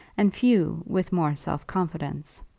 and few with more self-confidence.